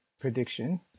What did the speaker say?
prediction